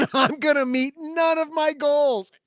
and i'm going to meet none of my goals.